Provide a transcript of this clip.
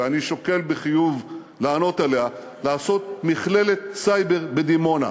ואני שוקל בחיוב להיענות לה: לעשות מכללת סייבר בדימונה.